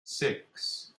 six